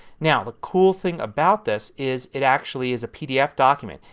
now the cool thing about this is it actually is a pdf document.